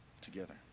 together